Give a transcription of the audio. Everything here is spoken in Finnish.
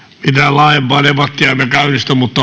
laajempaa debattia emme käynnistä mutta